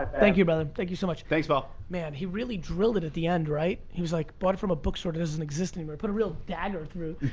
thank you, brother. thank you so much. thanks, mel. man, he really drilled it at the end, right? he was like, but from a bookstore that doesn't exist anymore, put a real dagger through